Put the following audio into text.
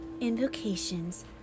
Invocations